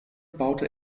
baute